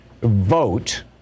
vote